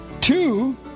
two